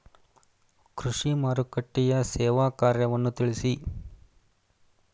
ಕೃಷಿ ಮಾರುಕಟ್ಟೆಯ ಸೇವಾ ಕಾರ್ಯವನ್ನು ತಿಳಿಸಿ?